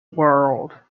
world